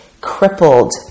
crippled